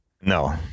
No